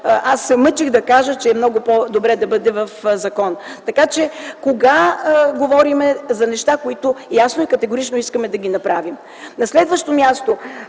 се мъчех да кажа, че е много по-добре да бъде в закон. Така че кога говорим за неща, които ясно и категорично искаме да ги направим?